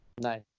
Nice